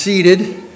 seated